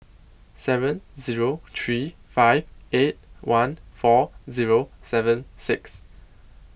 seven Zero three five eight one four Zero seven six